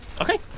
Okay